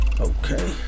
Okay